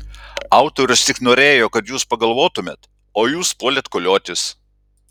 autorius tik norėjo kad jūs pagalvotumėt o jūs puolėt koliotis